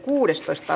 asia